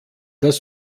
das